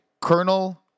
Colonel